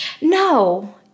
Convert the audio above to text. No